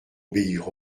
obéir